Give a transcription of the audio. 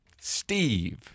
Steve